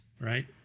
right